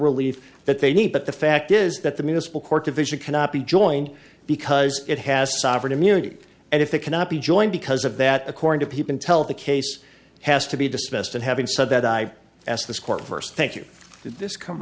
relief that they need but the fact is that the municipal court division cannot be joined because it has sovereign immunity and if it cannot be joined because of that according to peep intel the case has to be dismissed and having said that i ask this court first thank you this come